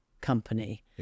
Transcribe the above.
company